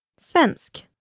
Svensk